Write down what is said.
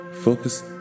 Focus